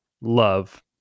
love